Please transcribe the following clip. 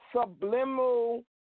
subliminal